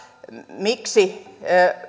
miksi